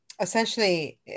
Essentially